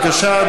בבקשה,